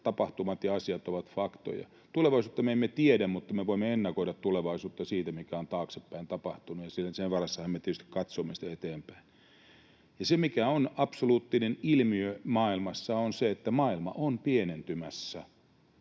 tapahtumat ja asiat ovat faktoja. Tulevaisuutta me emme tiedä, mutta me voimme ennakoida tulevaisuutta siitä, mikä on takanapäin tapahtunut, ja sen varassahan me tietysti katsomme sitä eteenpäin. Se, mikä on absoluuttinen ilmiö maailmassa, on se, että maailma on pienentymässä